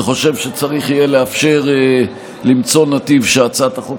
וחושב שצריך יהיה לאפשר נתיב שהצעת החוק